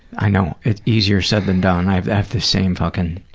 i know, it's easier said than done. i have the have the same fuckin',